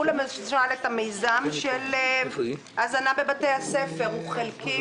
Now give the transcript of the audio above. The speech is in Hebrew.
קחו למשל את מיזם ההזנה בבתי ספר הוא חלקי,